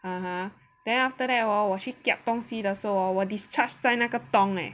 (uh huh) then after that hor 我去 kiap 东西的时候 hor 我 discharge 在那个 tong leh